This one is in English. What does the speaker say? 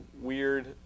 weird